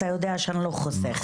אתה יודע שאני לא חוסכת,